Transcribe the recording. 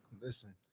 Listen